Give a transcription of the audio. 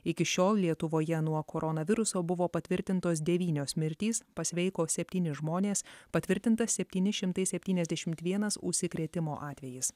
iki šiol lietuvoje nuo koronaviruso buvo patvirtintos devynios mirtys pasveiko septyni žmonės patvirtinta septyni šimtai septyniasdešimt vienas užsikrėtimo atvejis